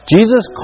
Jesus